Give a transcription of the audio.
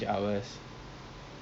marsiling tanya lah